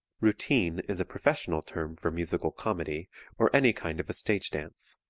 routine is a professional term for musical comedy or any kind of a stage dance.